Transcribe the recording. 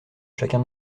chacun